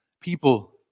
people